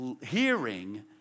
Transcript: hearing